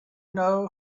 know